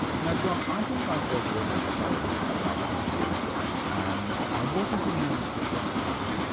now john, i think i first read that poem about twenty years ago, and i wasn't enormously struck by it.